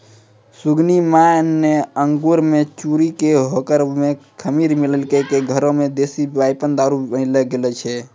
सुगनी माय न अंगूर कॅ चूरी कॅ होकरा मॅ खमीर मिलाय क घरै मॅ देशी वाइन दारू बनाय लै छै